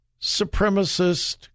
supremacist